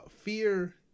fear